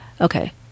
Okay